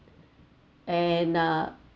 and uh